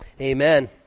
amen